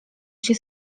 się